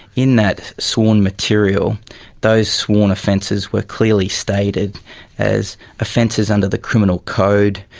in that sworn material those sworn offences were clearly stated as offences under the criminal code,